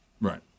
Right